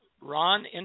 Ron